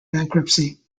bankruptcy